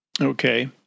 Okay